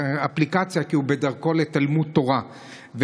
כי הוא בדרכו לתלמוד תורה,